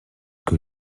que